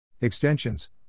Extensions